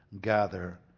gather